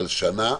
שנה.